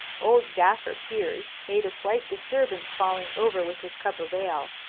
old gaffer piers made a slight disturbance falling over with his cup of ale,